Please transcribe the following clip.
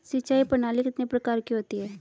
सिंचाई प्रणाली कितने प्रकार की होती हैं?